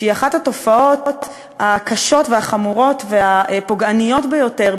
שהיא אחת התופעות הקשות והחמורות והפוגעניות ביותר,